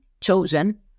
chosen